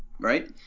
Right